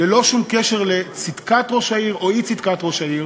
ללא שום קשר לצדקת ראש העיר או אי-צדקת ראש העיר,